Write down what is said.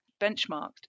benchmarked